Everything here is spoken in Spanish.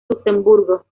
luxemburgo